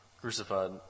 crucified